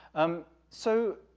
um, so,